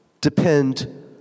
depend